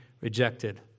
rejected